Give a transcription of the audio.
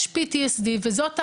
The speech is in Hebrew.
ישPTSC וזאת ההגדרה.